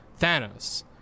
Thanos